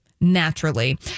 naturally